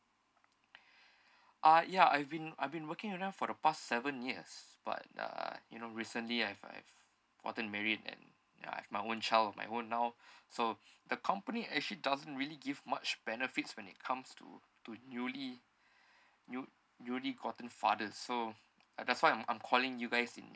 uh ya I've been I've been working you know for the past seven years but uh you know recently I've I've gotten married and I have my own child of my own now so the company actually doesn't really give much benefits when it comes to to newly new~ newly gotten fathers so uh that's why I'm I'm calling you guys in